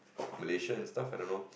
Malaysia and stuff I don't know